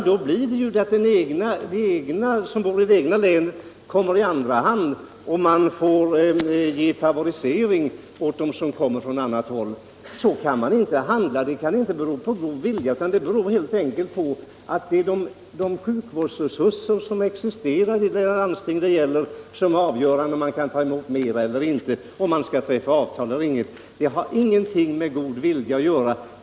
Då blir det ju så att de som bor i det egna länet kommer i andra hand och man får favorisera dem som kommer från annat håll. Så kan man inte handla. Det är inte fråga om god vilja, utan det är helt enkelt landstingets sjukvårdsresurser som är avgörande för om man kan ta emot fler patienter eller inte och för om man skall träffa avtal eller inte. Detta har ingenting med god vilja att göra.